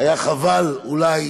שהיה חבל אולי